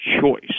choice